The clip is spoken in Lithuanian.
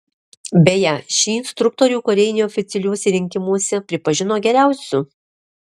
beje šį instruktorių kariai neoficialiuose rinkimuose pripažino geriausiu